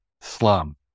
slum